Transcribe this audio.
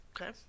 Okay